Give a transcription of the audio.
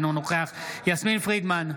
אינו נוכח יסמין פרידמן,